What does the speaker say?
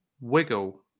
Wiggle